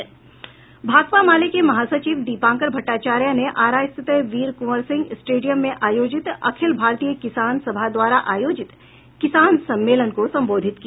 भाकपा माले के महासचिव दीपांकर भट्टाचार्य ने आरा स्थित वीर कुंवर सिंह स्टेडियम में आयोजित अखिल भारतीय किसान सभा द्वारा आयोजित किसान सम्मेलन को संबोधित किया